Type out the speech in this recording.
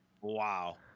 Wow